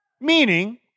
meaning